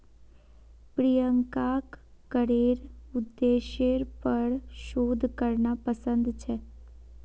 प्रियंकाक करेर उद्देश्येर पर शोध करना पसंद छेक